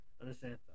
understand